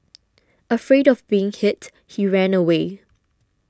afraid of being hit he ran away